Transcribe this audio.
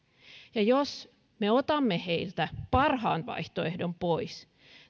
jos me otamme heiltä parhaan vaihtoehdon pois